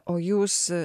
o jūs